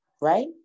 right